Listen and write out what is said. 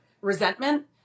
resentment